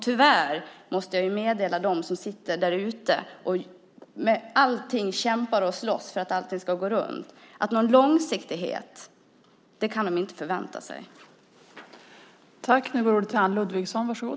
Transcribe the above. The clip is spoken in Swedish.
Tyvärr måste jag meddela dem där ute som med alla medel kämpar och slåss för att det ska gå runt att de inte kan förvänta sig någon långsiktighet.